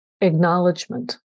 acknowledgement